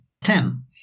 Ten